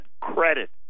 credit